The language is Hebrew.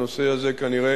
הנושא הזה כנראה